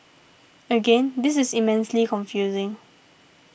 again this is immensely confusing